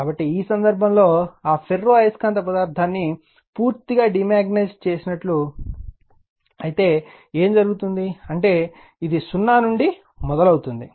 కాబట్టి ఈ సందర్భంలో ఆ ఫెర్రో అయస్కాంత పదార్థాన్ని పూర్తిగా డీమాగ్నిటైజ్ చేసినట్లయితే ఏమి జరుగుతుంది అంటే ఇది 0 నుండి మొదలవుతుంది